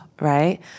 Right